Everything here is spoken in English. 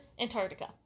Antarctica